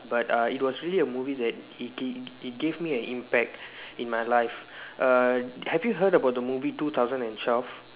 but uh it was really a movie that it it it gave me a impact in my life err have you hard about the movie two thousand and twelve